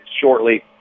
shortly